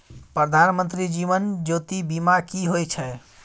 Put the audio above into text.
प्रधानमंत्री जीवन ज्योती बीमा की होय छै?